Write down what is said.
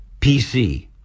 pc